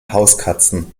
hauskatzen